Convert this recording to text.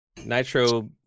Nitro